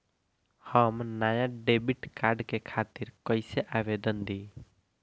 हम नया debit card के खातिर कइसे आवेदन दीं?